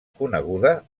coneguda